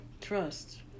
trust